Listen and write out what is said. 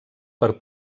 per